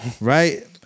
Right